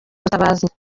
butabazi